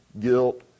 guilt